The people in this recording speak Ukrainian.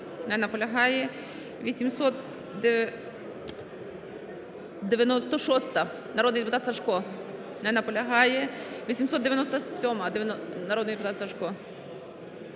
Не наполягає. 896-а, народний депутат Сажко.